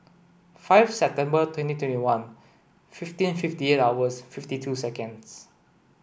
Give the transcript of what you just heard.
five September twenty twenty one fifteen fifty eight hours fifty two seconds